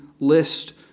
list